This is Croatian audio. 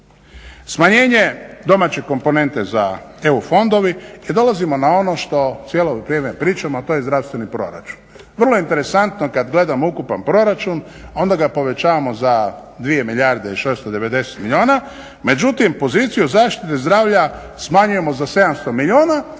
Smanjenje domaće komponente za EU fondovi jer dolazimo na ono što cijelo vrijeme pričamo a to je zdravstveni proračun. Vrlo je interesantno kad gledamo ukupan proračun, onda ga povećavamo za 2 milijarde i 690 milijuna, međutim, poziciju zaštite zdravlja smanjujemo za 700 milijuna